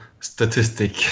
statistic